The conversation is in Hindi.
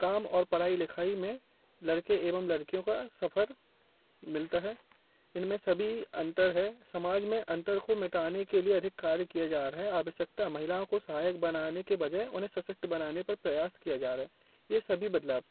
काम और पढ़ाई लिखाई में लड़के एवं लड़कियों का सफर मिलता है इनमें सभी अंतर है समाज में अंतर को मिटाने के लिए अधिक कार्य किया जा रहा है आवश्यकता महिलाओं को सहायक बनाने के बजाय उन्हें सशक्त बनाने पर प्रयास किया जा रहा है ये सभी बदलाव